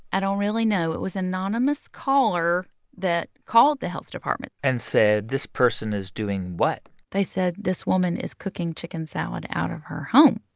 i don't really know. it was an anonymous caller that called the health department and said, this person is doing what? they said, this woman is cooking chicken salad out of her home,